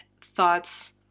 thoughts